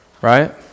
right